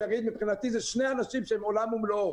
מבחינתי זה שני אנשים שהם עולם ומלואו.